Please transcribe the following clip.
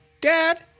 Dad